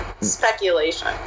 speculation